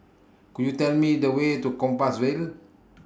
Could YOU Tell Me The Way to Compassvale